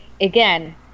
again